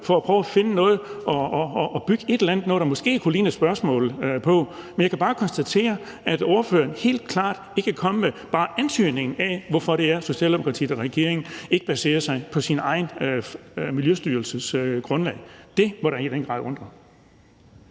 for at prøve at finde noget at bygge noget, der kunne ligne et spørgsmål, på. Men jeg kan bare konstatere, at spørgeren helt klart ikke kan komme med bare antydningen af et svar på, hvorfor det er, at Socialdemokratiet og regeringen ikke baserer sig på deres egen myndigheds, Miljøstyrelsens, grundlag. Det må da egentlig bare undre.